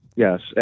Yes